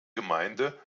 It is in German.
gemeinde